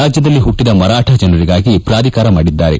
ರಾಜ್ಯದಲ್ಲಿ ಪಟ್ಟದ ವ್ಯರಾಕ ಜನರಿಗಾಗಿ ಪ್ರಾಧಿಕಾರ ಮಾಡಿದ್ದಾರೆ